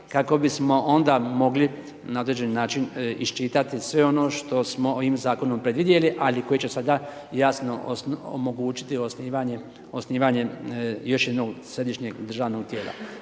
kako bismo onda mogli na određeni način isčitati sve ono što smo ovim Zakonom predvidjeli, ali koji će sada jasno omogućiti osnivanje još jednog Središnjeg državnog tijela.